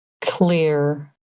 clear